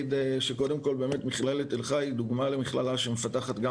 קודם כל אגיד שמכללת תל חי היא דוגמה למכללה שמפתחת גם